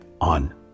on